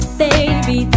baby